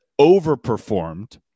overperformed